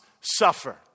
suffer